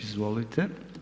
Izvolite.